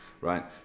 right